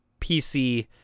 PC